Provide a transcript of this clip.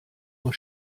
uhr